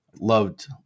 Loved